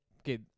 okay